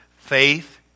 Faith